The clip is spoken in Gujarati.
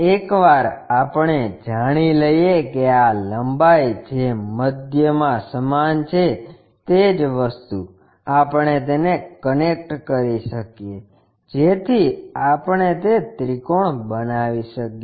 એકવાર આપણે જાણી લઈએ કે આ લંબાઈ જે મધ્યમાં સમાન છે તે જ વસ્તુ આપણે તેને કનેક્ટ કરી શકીએ જેથી આપણે તે ત્રિકોણ બનાવી શકીએ